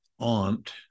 aunt